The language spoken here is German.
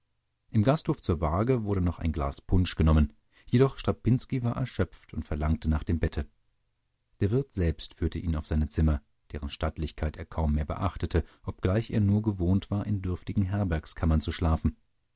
im gasthof zur waage wurde noch ein glas punsch genommen jedoch strapinski war erschöpft und verlangte nach dem bette der wirt selbst führte ihn auf seine zimmer deren stattlichkeit er kaum mehr beachtete obgleich er nur gewohnt war in dürftigen herbergskammern zu schlafen